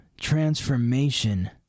transformation